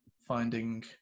finding